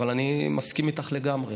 אבל אני מסכים איתך לגמרי,